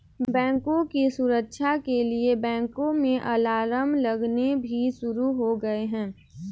बैंकों की सुरक्षा के लिए बैंकों में अलार्म लगने भी शुरू हो गए हैं